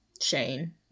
Shane